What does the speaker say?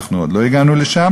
אנחנו עוד לא הגענו לשם.